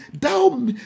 Thou